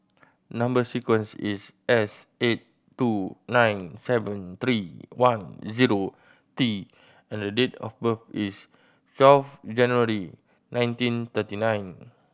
number sequence is S eight two nine seven three one zero T and date of birth is twelve January nineteen thirty nine